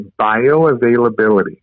bioavailability